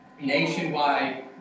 nationwide